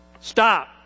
Stop